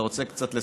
אתה רוצה קצת לסכם.